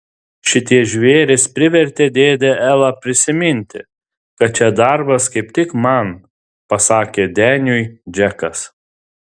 šitie žvėrys privertė dėdę elą prisiminti kad čia darbas kaip tik man pasakė deniui džekas